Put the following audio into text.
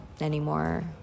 anymore